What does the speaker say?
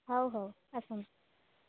ହଉ ହଉ ଆସନ୍ତୁ